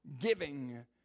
giving